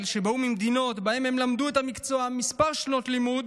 ובאו ממדינות שבהן הם למדו את המקצוע כמה שנות לימוד